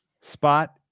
spot